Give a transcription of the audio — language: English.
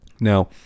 Now